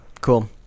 Cool